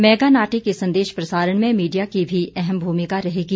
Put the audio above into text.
mega Nati के संदेश प्रसारण में मीडिया की भी अहम भूमिका रहेगी